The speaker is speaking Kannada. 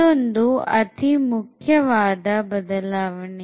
ಇದೊಂದು ಅತಿಮುಖ್ಯವಾದ ಬದಲಾವಣೆ